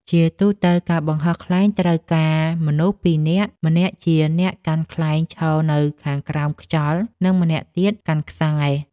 ជាទូទៅ ការបង្ហោះខ្លែងត្រូវការមនុស្សពីរនាក់ ម្នាក់ជាអ្នកកាន់ខ្លែងឈរនៅខាងក្រោមខ្យល់ និងម្នាក់ទៀតកាន់ខ្សែ។